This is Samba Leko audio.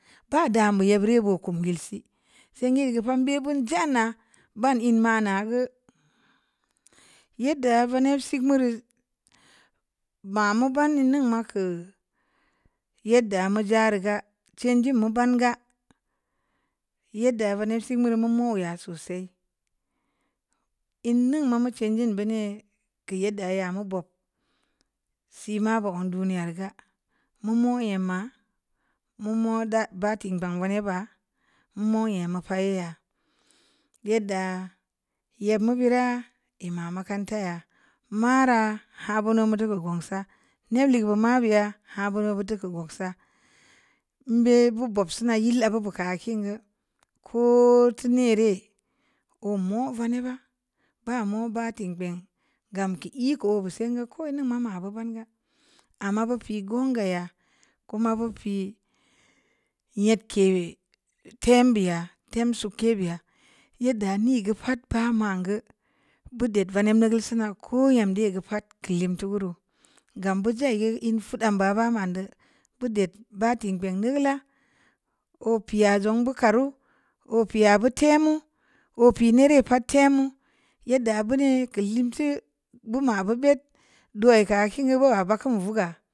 Baa dan yebbira yoo boo kum yil si, seng dee geu pad n bin za’n na, ban in ma’naa geu, yedda veneb sik mure, ma mu ban in ningn keu yedda mu za’ reu ga, chanjin mu ban ga, yedda veneb sik mure mu mo’u yaa sosai, in ming ma mu chanjin beaneu keu yedda yaa mu bob si mabu zang duniya reu ga, mu mo’ nyamma, mu mo’ baatiikpeng veneb baa, mu mo’ nyama paa yee ya, yedda yebmu bira i ma makanta ya, mara haa bunou mu teu geu gengsa, ned ligeu bu maabeya haa beunou buteu keu gongsa, n be bu bob sina yil obu be kamkin geu koo ti neere oo mo’ veneb, baa mo’ baatiikpengna gam keu iko oo bu sengu ko in ning ma ma’ bu banga, amma bu po ganga yaa kuma bu pi nyedke tem beya tem sukke beya yedda nii geu pad paa ba man geu bu did veneb nigeul sina koo nyam dee geu pad keu limteu gum gam bu za’i geu in fudam beya ba mo’n de, bu ded baatiikpeng nigeula oo piā zong bu karu, oo pia bu temu, oo pii neere pad teemu, yedda buri keu limit bu ma’ bu bed dua kaakin geu bu ba bakin vuga